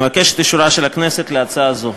אבקש את אישורה של הכנסת להצעה זו.